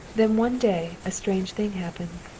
then one day a strange thing happened.